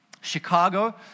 Chicago